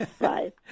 Bye